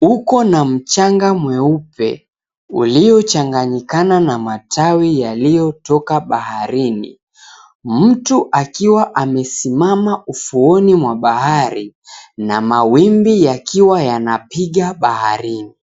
uko na mchanga mweupe uliyochanganyikana na matawi yaliyotoka baharini mtu akiwa amesimama ufuoni mwa bahari na mawimbi yakiwa yanipiga baharini.